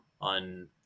on